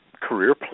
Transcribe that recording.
career